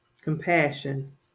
compassion